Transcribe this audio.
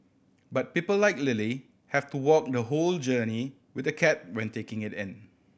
but people like Lily have to walk the whole journey with the cat when taking it in